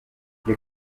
les